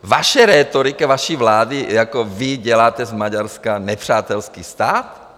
Vaše rétorika vaší vlády jako vy děláte z Maďarska nepřátelský stát?